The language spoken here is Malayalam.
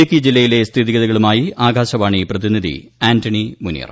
ഇടുക്കി ജില്ലയിലെ സ്ഥിതിഗതികളുമായി ആകാശവാണി പ്രതിനിധി ആന്റണി മുനിയറ